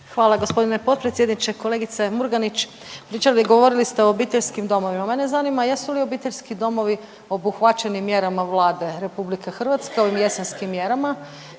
Hvala gospodine potpredsjedniče. Kolegice Murganić govorili ste o obiteljskim domovima. Mene zanima jesu li obiteljski domovi obuhvaćeni mjerama Vlade RH, ovim jesenskim mjerama.